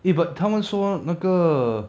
eh but 他们说那个